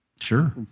Sure